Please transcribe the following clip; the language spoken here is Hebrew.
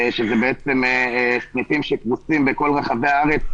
שזה סניפים שפרוסים בכל רחבי הארץ,